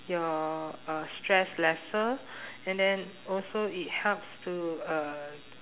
your uh stress lesser and then also it helps to uh